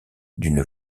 d’une